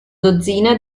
dozzina